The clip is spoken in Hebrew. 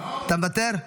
אתה מוותר?